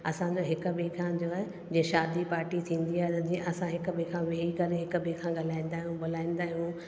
असांखे हिकु ॿिएं खां जो आहे जे शादी पार्टी थींदी आहे त जीअं असां हिकु ॿिएं खां वेही करे हिकु ॿिएं खां ॻाल्हाईंदा आहियूं ॿोलाईंदा आहियूं